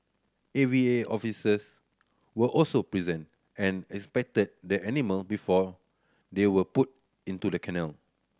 A V A officers were also present and inspected the animal before they were put into the kennel